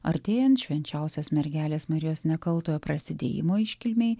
artėjant švenčiausios mergelės marijos nekaltojo prasidėjimo iškilmei